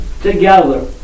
together